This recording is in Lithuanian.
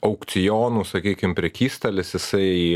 aukcionų sakykim prekystalis jisai